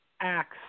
acts